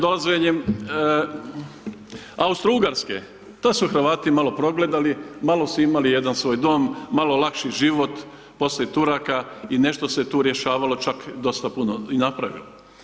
Dolaženjem Austro-Ugarske, tada su Hrvati malo progledali, malo su imali jedan svoj dom, malo lakši život poslije Turaka i nešto se tu rješavalo, čak dosta puno i napravilo.